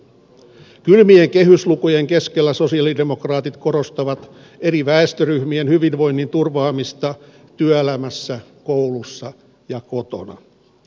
kylmien kehyslukujen keskellä sosialidemokraatit korostavat eri väestöryhmien hyvinvoinnin turvaamista työelämässä koulussa ja kotona